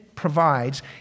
provides